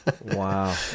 wow